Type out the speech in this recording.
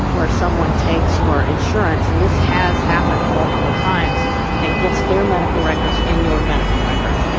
where someone takes your insurance, and this has happened multiple times and gets their medical records in your medical records,